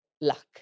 luck